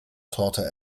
torte